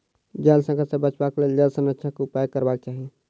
जल संकट सॅ बचबाक लेल जल संरक्षणक उपाय करबाक चाही